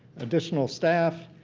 additional staff,